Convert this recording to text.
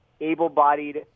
able-bodied